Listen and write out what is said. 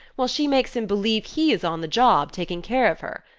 while she makes him believe he is on the job, taking care of her.